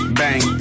bang